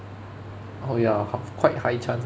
oh ya h~ quite high chance